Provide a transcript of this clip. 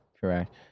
Correct